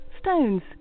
stones